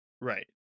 Right